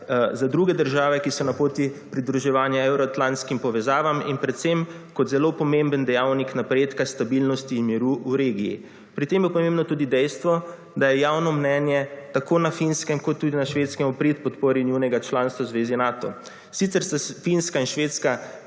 za druge države, ki so na poti pridruževanja evroatlantskih povezavam in predvsem kot zelo pomemben dejavnik napredka stabilnosti in miru v regiji. Pri tem je pomembno tudi dejstvo, da je javno mnenje tako na Finskem kot tudi na Švedskem v prid podpori njunega članstva Zvezi Nato. Sicer se Finska in Švedska,